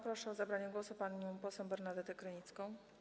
Proszę o zabranie głosu panią poseł Bernadetę Krynicką.